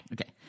Okay